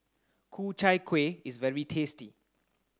Ku Chai Kuih is very tasty